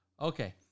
Okay